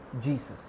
Jesus